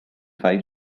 five